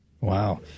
Wow